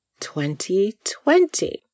2020